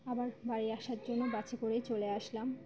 আবার বাড়ি আসার জন্য বাসে করেই চলে আসলাম